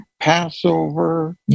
Passover